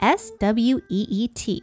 s-w-e-e-t